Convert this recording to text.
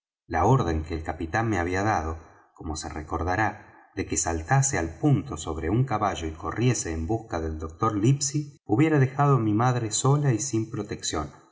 la orden que el capitán me había dado como se recordará de que saltase al punto sobre un caballo y corriese en busca del doctor livesey hubiera dejado á mi madre sola y sin protección